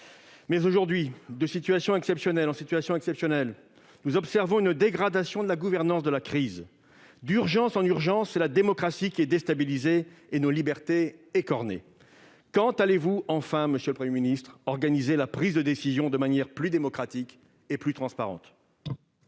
Mais aujourd'hui, de situation exceptionnelle en situation exceptionnelle, nous observons une dégradation de la gouvernance de la crise. D'urgence en urgence, c'est la démocratie qui est déstabilisée, ce sont nos libertés qui sont écornées. Monsieur le Premier ministre, quand allez-vous enfin organiser la prise de décision de manière plus démocratique et plus transparente ?